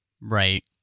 Right